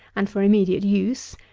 and for immediate use,